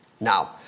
now